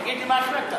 תגיד לי מה החלטת.